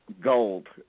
gold